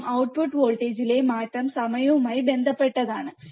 ഒപ്പം ഔട്ട്പുട്ട് വോൾട്ടേജിലെ മാറ്റം സമയവുമായി ബന്ധപ്പെട്ടതാണ്